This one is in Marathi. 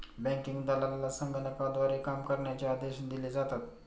बँकिंग दलालाला संगणकाद्वारे काम करण्याचे आदेश दिले जातात